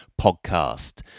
podcast